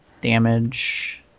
damage